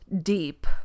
deep